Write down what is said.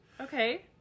okay